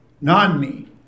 non-me